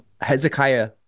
Hezekiah